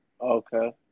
Okay